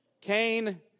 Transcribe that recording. Cain